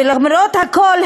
ולמרות הכול,